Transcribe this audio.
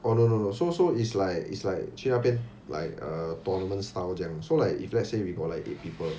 oh no no no so so is like is like 去那边 like uh tournament style 这样 so like if let's say we got like eight people